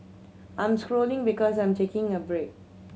I am scrolling because I am taking a break